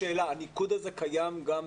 הניקוד הזה קיים גם ---?